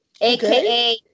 AKA